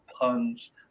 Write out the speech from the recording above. puns